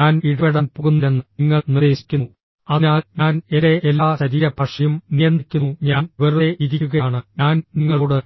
ഞാൻ ഇടപെടാൻ പോകുന്നില്ലെന്ന് നിങ്ങൾ നിർദ്ദേശിക്കുന്നു അതിനാൽ ഞാൻ എന്റെ എല്ലാ ശരീരഭാഷയും നിയന്ത്രിക്കുന്നു ഞാൻ വെറുതെ ഇരിക്കുകയാണ് ഞാൻ നിങ്ങളോട്